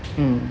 mm